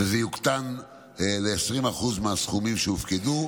וזה יוקטן ל-20% מהסכומים שהופקדו,